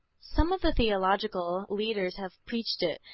some of the theological leaders have preached it.